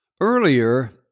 Earlier